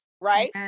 Right